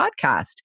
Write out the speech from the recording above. podcast